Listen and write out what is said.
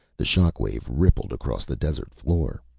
the shock wave rippled across the desert floor,